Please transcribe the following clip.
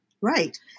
Right